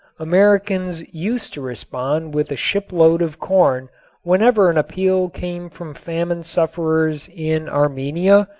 americans used to respond with a shipload of corn whenever an appeal came from famine sufferers in armenia,